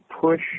push